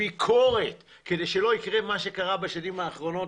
לביקורת כדי שלא יקרה מה שקרה בשנים האחרונות,